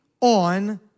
On